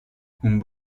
hon